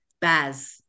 Baz